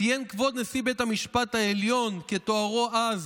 ציין כבוד נשיא בית המשפט העליון כתוארו אז,